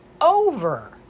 over